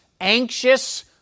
anxious